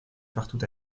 partout